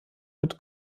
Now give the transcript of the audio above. mit